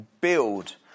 build